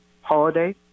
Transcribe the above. holiday